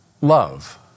love